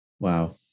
Wow